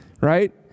Right